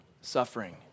suffering